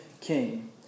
king